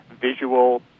visual